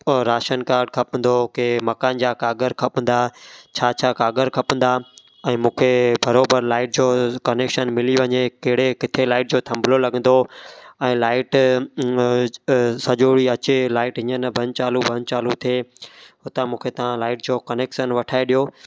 अओ ration card खपंदो के मकान जा काग़र खपंदा छा छा काग़र खपंदा मूंखे बराबरि लाईट जो कनेक्शन मिली वञे कहिड़े किथे लाईट जो थंबिलो लॻंदो ऐं लाईट सॼो ॾींहुुं लाइट ईअं न बंदि चालू बंदि चालू थिए त मूंखे तव्हां लाईट जो कनेक्शन वठाए ॾियो